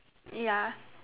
ya